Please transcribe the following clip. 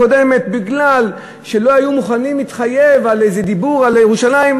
בגלל שלא היו מוכנים להתחייב על איזה דיבור על ירושלים,